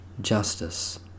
justice